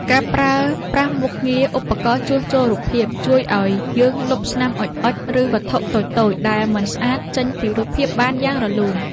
ការប្រើប្រាស់មុខងារ ឧបករណ៍ជួសជុលរូបភាព ជួយឱ្យយើងលុបស្នាមអុជៗ ឬវត្ថុតូចៗដែលមិនស្អាតចេញពីរូបភាពបានយ៉ាងរលូន។